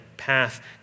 path